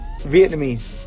Vietnamese